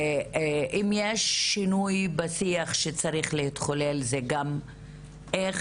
אם יש שינוי בשיח שצריך להתחולל זה גם איך